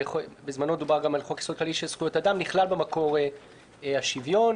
נכלל במקור השוויון.